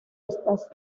estas